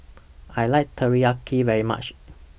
I like Teriyaki very much